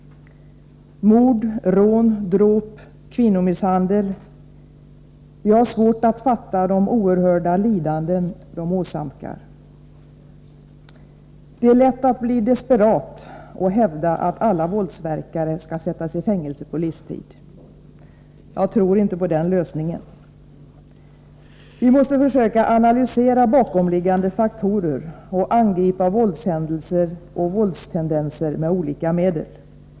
Mord, rån, dråp, kvinnomisshandel — vi har svårt att fatta de oerhörda lidanden dessa brott åsamkar. Det är lätt att bli desperat och hävda att alla våldsverkare skall sättas i fängelse på livstid. Jag tror inte på den lösningen. Vi måste försöka analysera bakomliggande faktorer och angripa våldshändelser och våldstendenser med olika medel.